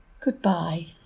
Goodbye